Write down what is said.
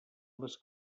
les